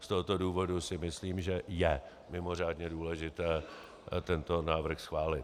Z tohoto důvodu si myslím, že je mimořádně důležité tento návrh schválit.